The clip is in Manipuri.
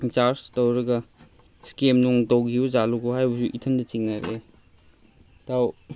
ꯔꯤꯆꯥꯔꯖ ꯇꯧꯔꯒ ꯏꯁꯀꯦꯝ ꯅꯨꯡ ꯇꯧꯈꯤꯕ ꯖꯥꯠꯂꯣꯀꯣ ꯍꯥꯏꯕꯁꯨ ꯏꯊꯟꯇ ꯆꯤꯡꯅꯔꯛꯑꯦ ꯏꯇꯥꯎ